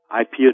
IP